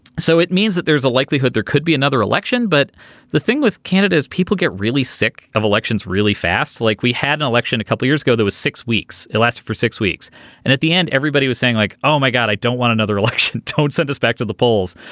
so it means that there is a likelihood there could be another election. but the thing with canada's people get really sick of elections really fast like we had an election a couple years ago that was six weeks it lasted for six weeks. and at the end everybody was saying like oh my god i don't want another election tone send us back to the polls.